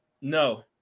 No